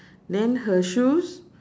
then her shoes